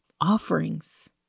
offerings